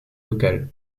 local